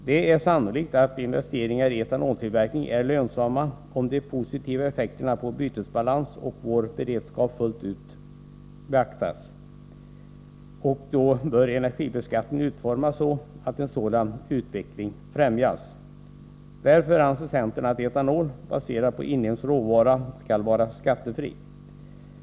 Det är sannolikt att investeringar i etanoltillverkning är lönsamma, om de positiva effekterna på bytesbalansen och vår beredskap beaktas fullt ut. Energibeskattningen bör utformas så att en sådan utveckling främjas. Därför anser centern att etanol — baserad på inhemsk råvara — skall vara skattefri.